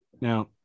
now